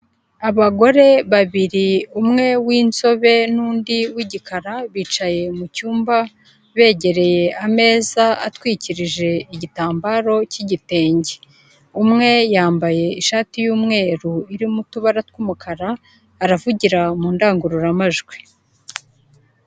Abagore babiri, umwe w'insobe n'undi w'igikara, bicaye mu cyumba begereye ameza atwikirije igitambaro cy'igitenge, umwe yambaye ishati y'umweru irimo utubara tw'umukara, aravugira mu ndangururamajwi.